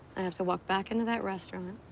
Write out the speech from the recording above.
i have to walk back into that restaurant